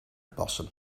passen